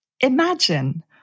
Imagine